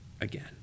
again